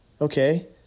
Okay